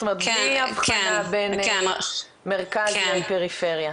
זאת אומרת בלי הבחנה בין מרכז לפרפריה?